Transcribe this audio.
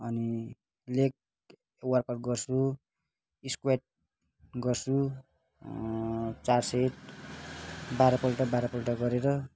अनि लेगको work out गर्छु स्कुवाड गर्छु चार सेट बाह्रपल्ट बाह्रपल्ट गरेर